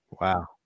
Wow